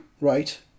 Right